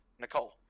Nicole